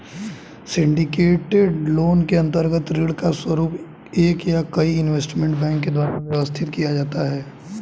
syndicated loan के अंतर्गत ऋण का स्वरूप एक या कई इन्वेस्टमेंट बैंक के द्वारा व्यवस्थित किया जाता है